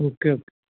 okay okay